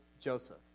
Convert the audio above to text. Joseph